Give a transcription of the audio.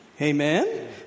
Amen